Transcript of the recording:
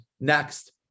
next